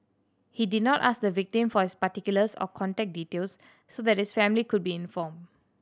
he did not ask the victim for his particulars or contact details so that his family could be informed